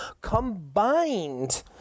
combined